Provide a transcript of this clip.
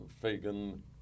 Fagan